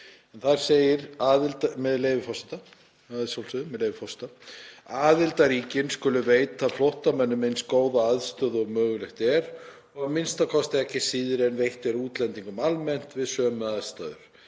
forseta: „Aðildarríkin skulu veita flóttamönnum eins góða aðstöðu og mögulegt er, og að minnsta kosti ekki síðri en veitt er útlendingum almennt við sömu aðstæður,